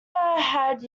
had